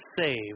save